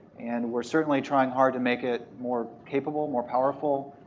and we're certainly trying hard to make it more capable, more powerful.